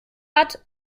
hat